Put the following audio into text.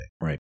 Right